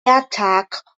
attack